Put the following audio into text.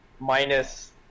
Minus